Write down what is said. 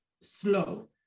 slow